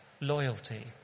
loyalty